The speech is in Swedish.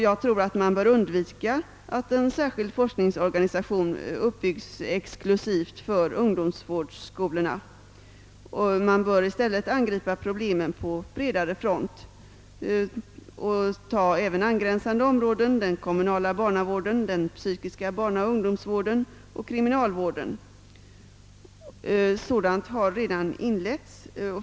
Jag tror att man bör undvika att exklusivt bygga upp en forskningsorganisation för ungdomsvårdsskolorna och i stället angripa problemen på en bredare front, varvid man tar med även angränsande områden: den kommunala barnavården, den psykiska barnaoch ungdomsvården samt kriminalvården.